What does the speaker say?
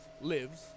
lives